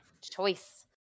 choice